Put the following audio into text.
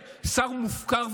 549,